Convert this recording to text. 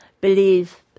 believe